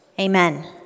Amen